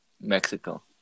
Mexico